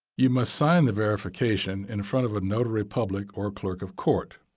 you must sign the verification in front of a notary public or clerk of court.